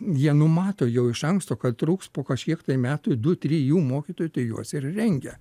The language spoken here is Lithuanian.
jie numato jau iš anksto kad trūks po kažkiek tai metų du trijų mokytojų tai juos ir rengia